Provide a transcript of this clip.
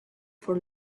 for